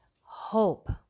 hope